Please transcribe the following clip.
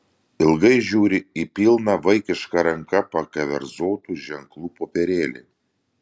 ilgai žiūri į pilną vaikiška ranka pakeverzotų ženklų popierėlį